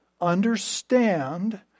understand